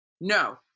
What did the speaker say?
no